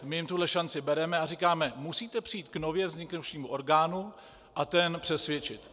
My jim tuhle šanci bereme a říkáme: musíte přijít k nově vzniknuvšímu orgánu a ten přesvědčit.